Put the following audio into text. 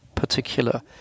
particular